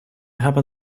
happen